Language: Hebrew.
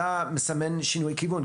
אתה מסמן שינוי כיוון.